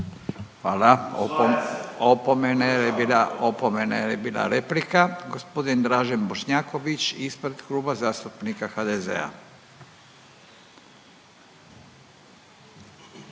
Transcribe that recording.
Hvala. Opomene jer je bila replika. Gospodin Dražen Bošnjaković ispred Kluba zastupnika HDZ-a.